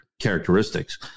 Characteristics